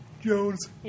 Jones